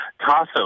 Tasso